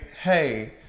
hey